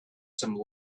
some